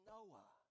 Noah